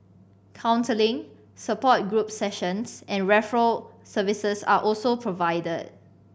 counselling support group sessions and referral services are also provided